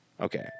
Okay